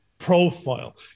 profile